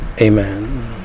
amen